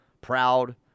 Proud